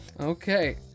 Okay